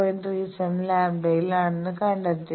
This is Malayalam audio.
37 λ യിൽ ആണെന്ന് കണ്ടെത്തി